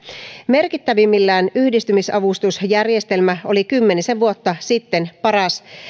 merkittävimmillään yhdistymisavustusjärjestelmä oli kymmenisen vuotta sitten paras